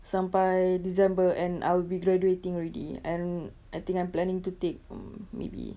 sampai december and I'll be graduating already and I think I'm planning to take um maybe